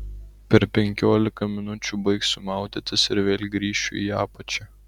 per penkiolika minučių baigsiu maudytis ir vėl grįšiu į apačią